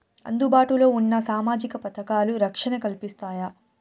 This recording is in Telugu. అందుబాటు లో ఉన్న సామాజిక పథకాలు, రక్షణ కల్పిస్తాయా?